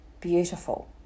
beautiful